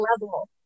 level